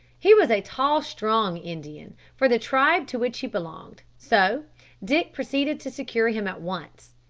he was a tall strong indian, for the tribe to which he belonged, so dick proceeded to secure him at once.